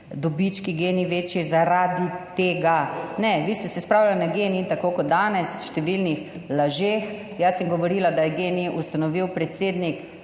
dobički Gen-I večji zaradi tega. Ne, vi ste se spravili na Gen-I, tako kot danes, v številnih lažeh. Jaz sem govorila, da je Gen-I ustanovil predsednik